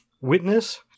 witness